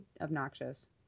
obnoxious